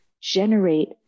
generate